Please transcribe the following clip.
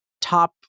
top